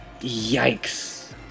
Yikes